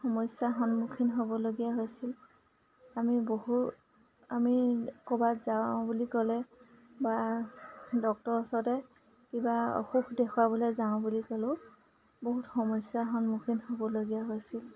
সমস্যাৰ সন্মুখীন হ'বলগীয়া হৈছিল আমি বহু আমি ক'ৰবাত যাওঁ বুলি ক'লে বা ডক্তৰৰ ওচৰতে কিবা অসুখ দেখুৱাবলৈ যাওঁ বুলি ক'লেও বহুত সমস্যাৰ সন্মুখীন হ'বলগীয়া হৈছিল